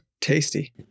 Tasty